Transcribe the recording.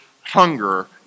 hunger